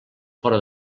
fora